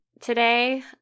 today